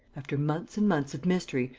after months and months of mystery,